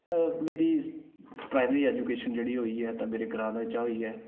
आं मेरी primary education जेह्ड़ी होई ऐ ते मेरा ग्रांऽ बिचा होई ऐ